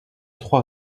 trois